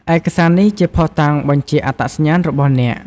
ឯកសារនេះជាភស្តុតាងបញ្ជាក់អត្តសញ្ញាណរបស់អ្នក។